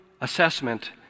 assessment